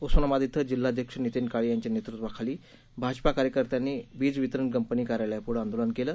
उस्मानाबाद क्रि जिल्हाध्यक्ष नितीन काळे यांच्या नेतृत्वाखाली भाजपा कार्यकर्त्यांनी वीज वितरण कंपनी कार्यालयापुढं हे आंदोलन केलं